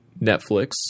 Netflix